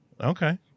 Okay